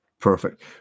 perfect